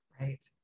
Right